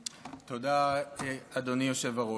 תודה, אדוני היושב-ראש.